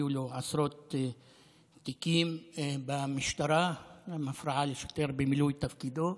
היו לו עשרות תיקים במשטרה עם הפרעה לשוטר במילוי תפקידו.